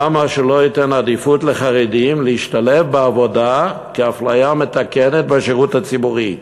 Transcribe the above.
למה שלא ייתן עדיפות לחרדים להשתלב בעבודה כאפליה מתקנת בשירות הציבורי?